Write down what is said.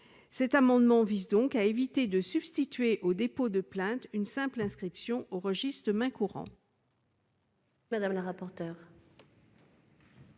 Cet amendement vise donc à éviter de substituer au dépôt de plainte une simple inscription dans le registre des mains courantes.